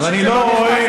ואני לא רואה,